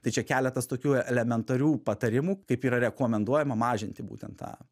tai čia keletas tokių elementarių patarimų kaip yra rekomenduojama mažinti būtent tą